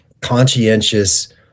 conscientious –